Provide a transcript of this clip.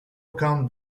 account